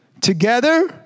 together